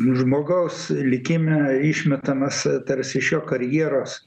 žmogaus likime išmetamas tarsi iš jo karjeros